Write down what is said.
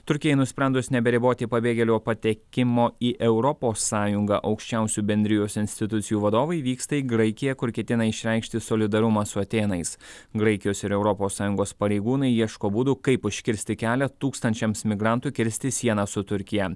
turkijai nusprendus neberiboti pabėgėlių patekimo į europos sąjungą aukščiausių bendrijos institucijų vadovai vyksta į graikiją kur ketina išreikšti solidarumą su atėnais graikijos ir europos sąjungos pareigūnai ieško būdų kaip užkirsti kelią tūkstančiams migrantų kirsti sieną su turkija